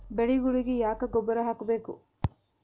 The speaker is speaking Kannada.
ಬೆಳಿಗೊಳಿಗಿ ಯಾಕ ಗೊಬ್ಬರ ಹಾಕಬೇಕು?